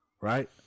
Right